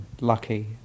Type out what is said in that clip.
lucky